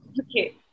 Okay